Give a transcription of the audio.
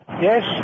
Yes